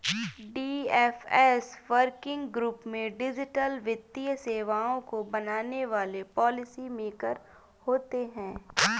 DFS working group में digital वित्तीय सेवाओं को बनाने वाले पॉलिसी मेकर होते हैं